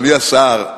אדוני השר,